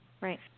Right